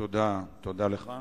תודה לך.